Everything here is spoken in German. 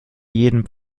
jedem